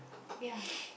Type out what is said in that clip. yeah